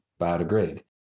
biodegrade